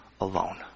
alone